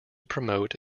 promote